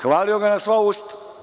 Hvalio ga na sva usta.